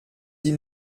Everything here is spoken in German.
sie